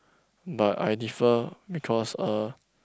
but I differ because uh